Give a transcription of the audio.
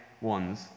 ones